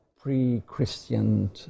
pre-Christian